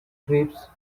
trips